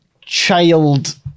child